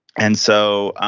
and so,